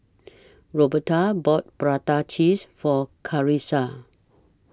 Roberta bought Prata Cheese For Carissa